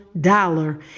dollar